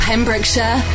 Pembrokeshire